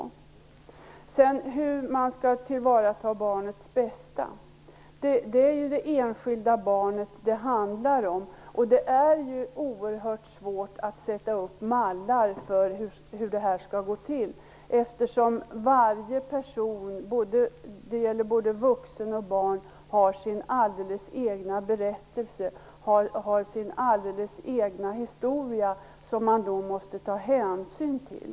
Beträffande hur man skall tillvarata barnets bästa handlar det om det enskilda barnet. Det är oerhört svårt att upprätta mallar för hur det hela skall gå till. Varje person - och det gäller både vuxna och barn - har sin alldeles egen berättelse och sin alldeles egen historia som man måste ta hänsyn till.